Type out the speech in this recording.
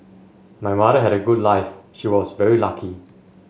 my mother had a good life she was very lucky